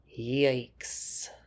Yikes